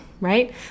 right